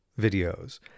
videos